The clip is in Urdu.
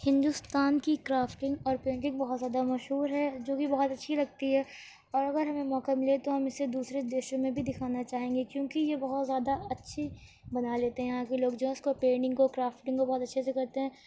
ہندوستان کی کرافٹنگ اور پینٹنگ بہت زیادہ مشہور ہے جو کہ بہت اچھی لگتی ہے اور اگر ہمیں موقع ملے تو ہم اسے دوسرے دیشوں میں بھی دکھانا چاہیں گے کیوں کہ یہ بہت زیادہ اچھی بنا لیتے ہیں یہاں کے لوگ جو ہے اس کو پیٹنگ کو کرافٹنگ کو بہت اچھے سے کرتے ہیں